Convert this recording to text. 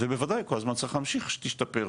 ובוודאי כל הזמן צריך להמשיך שתשתפר,